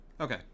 Okay